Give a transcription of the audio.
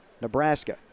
nebraska